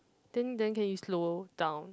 then then can you slow down